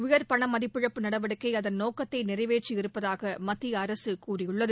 உயர் பணமதிப்பிழப்பு நடவடிக்கை அதன் நோக்கத்தை நிறைவேற்றியிருப்பதாக மத்திய அரசு கூறியுள்ளது